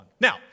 Now